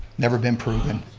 never been proven,